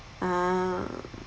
ah